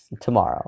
tomorrow